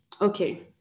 Okay